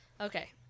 Okay